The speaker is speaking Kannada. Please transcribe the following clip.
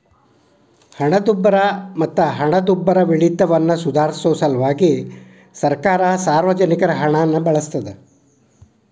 ಹಣದುಬ್ಬರ ಮತ್ತ ಹಣದುಬ್ಬರವಿಳಿತವನ್ನ ಸುಧಾರ್ಸ ಸಲ್ವಾಗಿ ಸರ್ಕಾರ ಸಾರ್ವಜನಿಕರ ಹಣನ ಬಳಸ್ತಾದ